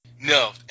No